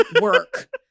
work